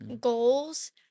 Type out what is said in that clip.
goals